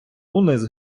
униз